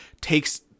takes